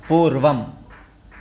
पूर्वम्